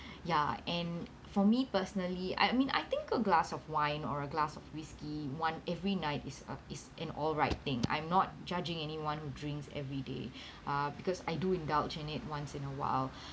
ya and for me personally I mean I think a glass of wine or a glass of whiskey one every night is uh is an all right thing I'm not judging anyone who drinks every day uh because I do indulge in it once in a while